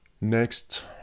Next